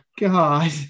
God